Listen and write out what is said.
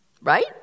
right